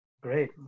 Great